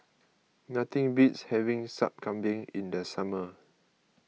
nothing beats having Sup Kambing in the summer